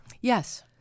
Yes